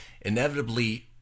inevitably